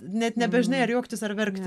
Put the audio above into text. net nebežinai ar juoktis ar verkti